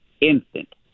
instant